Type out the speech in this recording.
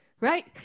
right